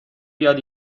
بیاد